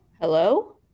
Hello